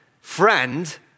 friend